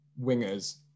wingers